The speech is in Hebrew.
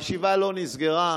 הישיבה לא נסגרה.